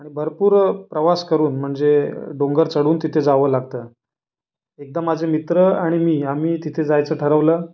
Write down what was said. आणि भरपूर प्रवास करून म्हणजे डोंगर चढून तिथे जावं लागतं एकदा माझे मित्र आणि मी आम्ही तिथे जायचं ठरवलं